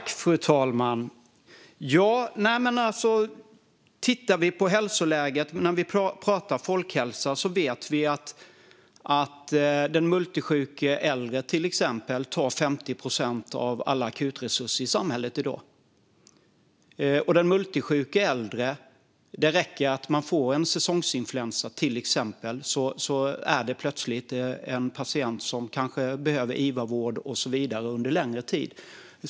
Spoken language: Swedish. Fru talman! Vi kan titta på hälsoläget när vi pratar om folkhälsa. Vi vet att den multisjuka äldre till exempel tar 50 procent av alla akutresurser i samhället i dag. Och det kan räcka med att den multisjuka äldre får till exempel en säsongsinfluensa för att den plötsligt ska bli en patient som kanske behöver vårdas på iva under längre tid.